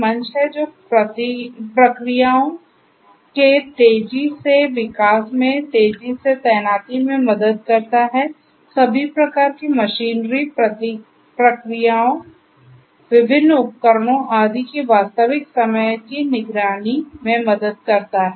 मंच है जो प्रक्रियाओं के तेजी से विकास में तेजी से तैनाती में मदद करता है सभी प्रकार की मशीनरी प्रक्रियाओं विभिन्न उपकरणों आदि की वास्तविक समय की निगरानी में मदद करता है